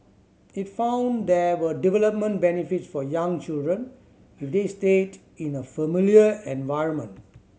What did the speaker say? it found there were developmental benefits for young children if they stayed in a familiar environment